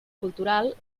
cultural